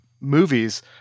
movies